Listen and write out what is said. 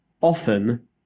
often